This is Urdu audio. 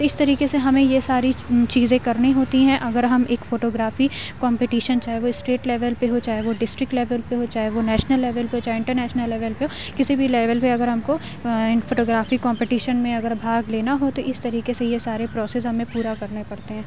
تو اس طریقے سے ہمیں یہ ساری چیزیں کرنی ہوتی ہیں اگر ہم ایک فوٹو گرافی کمپٹیشن چاہے وہ اسٹیٹ لیول پہ ہو چاہے وہ ڈسٹرکٹ لیول پہ ہو چاہے وہ نیشنل لیول پہ ہو چاہے انٹرنیشنل لیول پہ ہو کسی بھی لیول پہ اگر ہم کو فوٹو گرافی کمپٹیشن میں اگر بھاگ لینا ہو تو اس طریقے سے یہ سارے پروسیز ہمیں پورا کرنے پڑتے ہیں